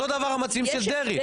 אותו דבר המציעים של דרעי.